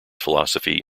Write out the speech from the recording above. philosophy